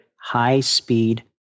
high-speed